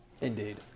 indeed